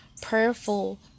prayerful